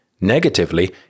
Negatively